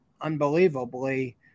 unbelievably